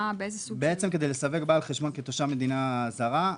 כדי לסווג בעל חשבון כתושב מדינה זרה,